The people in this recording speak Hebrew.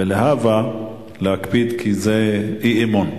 ולהבא להקפיד, כי זה אי-אמון.